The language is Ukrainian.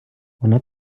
вона